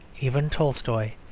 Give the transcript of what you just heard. even tolstoi,